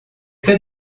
fait